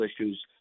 issues